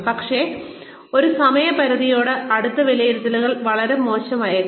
പക്ഷേ ഒരു സമയപരിധിയോട് അടുത്ത് വിലയിരുത്തലുകൾ വളരെ മോശമായേക്കാം